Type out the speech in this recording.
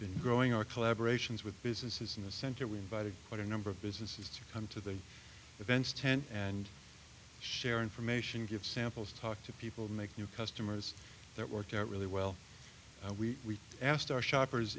been growing our collaboration's with businesses in the center we invited but a number of businesses to come to the events tent and share information give samples talk to people make new customers that work out really well we asked our shoppers